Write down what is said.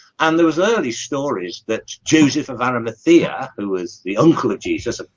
and there was early stories that joseph of arimathea who was the uncle of jesus? ah